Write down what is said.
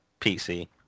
PC